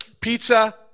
pizza